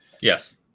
yes